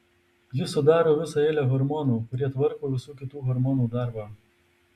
jis sudaro visą eilę hormonų kurie tvarko visų kitų hormonų darbą